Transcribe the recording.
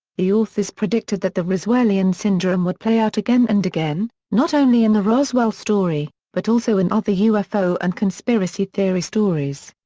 the authors predicted that the roswellian syndrome would play out again and again, not only in the roswell story, but also in other ufo and conspiracy-theory stories.